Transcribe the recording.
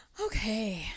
Okay